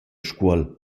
scuol